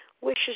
Wishes